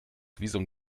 visum